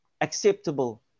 acceptable